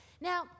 Now